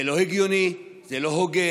זה לא הגיוני, זה לא הוגן.